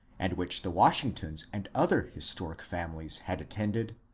and which the washingtons and other historic families had attended,